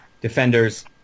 defenders